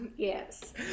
Yes